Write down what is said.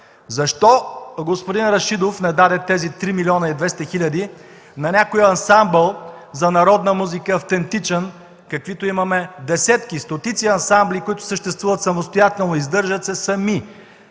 Защо господин Рашидов не даде тези три милиона и двеста хиляди на някои ансамбъл за народна музика, автентичен, каквито имаме десетки, стотици ансамбли, които съществуват самостоятелно, издържат се сами,